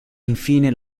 infine